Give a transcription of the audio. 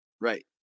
Right